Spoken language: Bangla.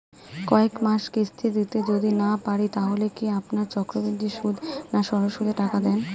কয়েক মাস কিস্তি দিতে যদি না পারি তাহলে কি আপনারা চক্রবৃদ্ধি সুদে না সরল সুদে টাকা দেন?